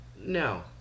no